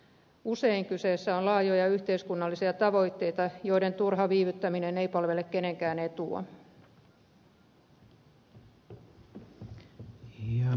usein kyseessä ovat laajat yhteiskunnalliset tavoitteet joiden turha viivyttäminen ei palvele kenenkään etua